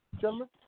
Gentlemen